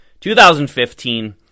2015